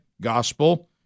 gospel